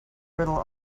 riddle